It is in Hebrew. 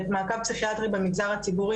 שמעקב פסיכיאטרי במגזר הציבורי,